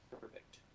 Perfect